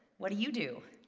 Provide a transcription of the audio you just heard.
what do you do?